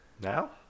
now